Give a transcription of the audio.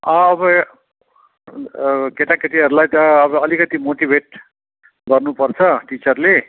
अब केटाकेटीहरूलाई त अब अलिकति मोटिभेट गर्नुपर्छ टिचरले